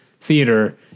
theater